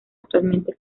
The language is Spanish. actualmente